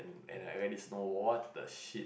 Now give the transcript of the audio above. and like let it snowball what the shit